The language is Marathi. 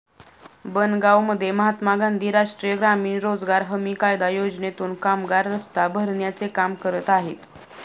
बनगावमध्ये महात्मा गांधी राष्ट्रीय ग्रामीण रोजगार हमी कायदा योजनेतून कामगार रस्ता भरण्याचे काम करत आहेत